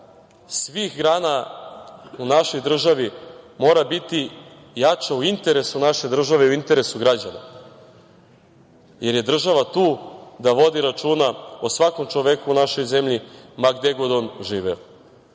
svih grana u našoj državi mora biti jača u interesu naše države i u interesu građana, jer je država tu da vodi računa o svakom čoveku u našoj zemlji ma gde god on živeo.